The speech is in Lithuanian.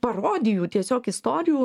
parodijų tiesiog istorijų